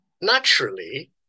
Naturally